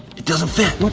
it doesn't fit.